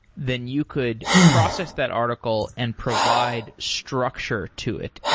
then you could process that article and provide structure to it.